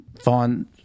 find